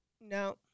No